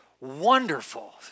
wonderful